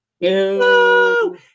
no